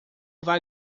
vai